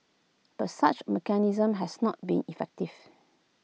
but such A mechanism has not been effective